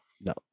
no